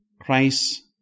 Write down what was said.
Christ